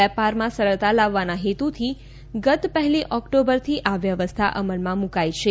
વેપારમાં સરળતા લાવવાના હેતુથી ગત પહેલી ઓક્ટોબરથી આ વ્યવસ્થા અમલમાં મૂકાઈ છે